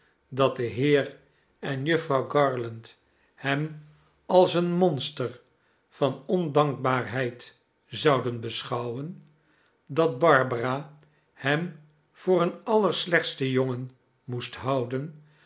dat de heer en jufvrouw garland hem als een monster van ondankbaarheid zouden beschouwen dat barbara hem voor een allerslechtsten jongen moest houden